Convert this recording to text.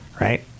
Right